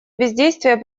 бездействия